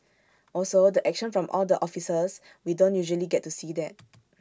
also the action from all the officers we don't usually get to see that